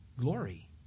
glory